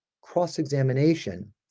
cross-examination